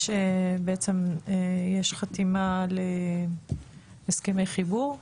יש חתימה להסכמי חיבור?